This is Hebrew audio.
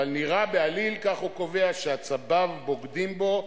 אבל נראה בעליל, כך הוא קובע, שעצביו בוגדים בו.